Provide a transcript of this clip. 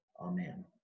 Amen